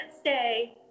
stay